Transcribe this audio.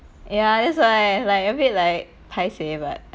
ya that's why like a bit like paiseh but